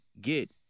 get